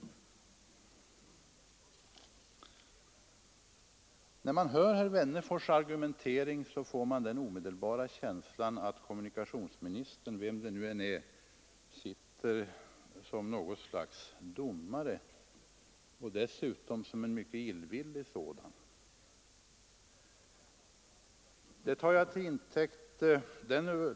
När man hör herr Wennerfors” argumentation får man osökt den känslan att kommunikationsministern, vem det nu än är, sitter som något slags domare — och en mycket illvillig domare dessutom.